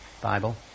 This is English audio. Bible